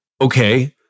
Okay